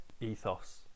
ethos